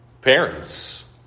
Parents